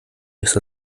ist